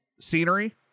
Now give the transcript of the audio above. scenery